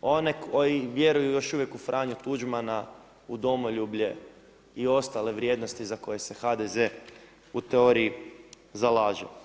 one koji vjeruju u Franju Tuđmana u domoljublje i ostale vrijednosti za koje se HDZ u teoriji zalaže.